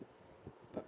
bye